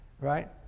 right